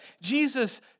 Jesus